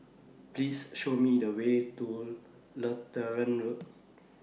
Please Show Me The Way to Lutheran Road